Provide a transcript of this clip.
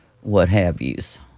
what-have-yous